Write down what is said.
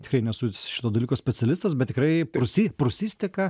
tikrai nesu šito dalyko specialistas bet tikrai prūsi prūsistika